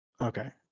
Okay